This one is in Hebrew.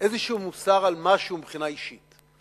משהו על מוסר מבחינה אישית.